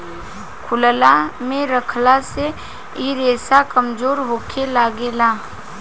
खुलला मे रखला से इ रेसा कमजोर होखे लागेला